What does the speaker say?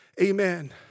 amen